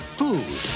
food